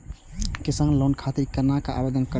किसान लोन के खातिर केना आवेदन करें परतें?